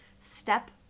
step